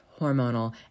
hormonal